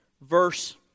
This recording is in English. verse